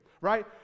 right